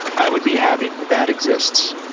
i would be happy that that exists.